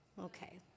Okay